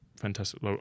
fantastic